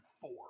four